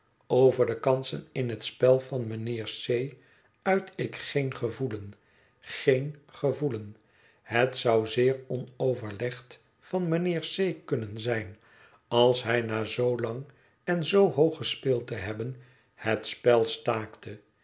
over de kansen in het spel van mijnheer c uit ik geen gevoelen g e e n gevoelen het zou zeer ono verlegd van mijnheer c kunnen zijn als hij na zoo lang en zoo hoog gespeeld te hebben het spel staakte